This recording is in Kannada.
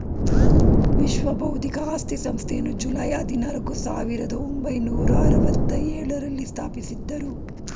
ವಿಶ್ವ ಬೌದ್ಧಿಕ ಆಸ್ತಿ ಸಂಸ್ಥೆಯನ್ನು ಜುಲೈ ಹದಿನಾಲ್ಕು, ಸಾವಿರದ ಒಂಬೈನೂರ ಅರವತ್ತ ಎಳುರಲ್ಲಿ ಸ್ಥಾಪಿಸಿದ್ದರು